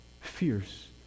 fierce